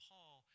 Paul